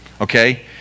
Okay